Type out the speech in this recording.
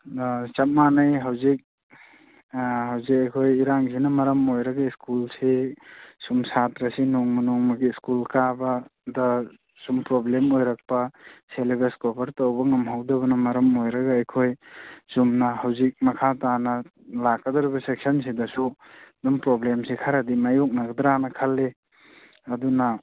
ꯆꯞ ꯃꯥꯟꯅꯩ ꯍꯧꯖꯤꯛ ꯍꯧꯖꯤꯛ ꯑꯩꯈꯣꯏ ꯏꯔꯥꯡꯁꯤꯅ ꯃꯔꯝ ꯑꯣꯏꯔꯒ ꯁ꯭ꯀꯨꯜꯁꯤ ꯁꯨꯝ ꯁꯥꯇ꯭ꯔꯁꯤ ꯅꯣꯡꯃ ꯅꯣꯡꯃꯒꯤ ꯁ꯭ꯀꯨꯜ ꯀꯥꯕꯗ ꯁꯨꯝ ꯄ꯭ꯔꯣꯕ꯭ꯂꯦꯝ ꯑꯣꯏꯔꯛꯄ ꯁꯦꯂꯦꯕꯁ ꯀꯣꯕꯔ ꯇꯧꯕ ꯉꯝꯍꯧꯗꯕꯅ ꯑꯩꯈꯣꯏ ꯆꯨꯝꯅ ꯍꯧꯖꯤꯛ ꯃꯈꯥ ꯇꯥꯅ ꯂꯥꯛꯀꯗꯧꯔꯤꯕ ꯁꯦꯁꯟꯁꯤꯗꯁꯨ ꯑꯗꯨꯝ ꯄ꯭ꯔꯣꯕ꯭ꯂꯦꯝꯁꯤ ꯈꯔꯗꯤ ꯃꯥꯏꯌꯣꯛꯅꯒꯗ꯭ꯔꯥꯗꯤ ꯈꯜꯂꯤ ꯑꯗꯨꯅ